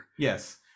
Yes